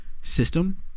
system